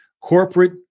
corporate